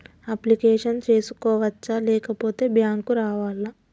Application చేసుకోవచ్చా లేకపోతే bank రావాలా?